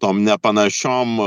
tom nepanašiom